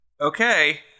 okay